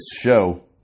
show